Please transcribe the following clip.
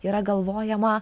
yra galvojama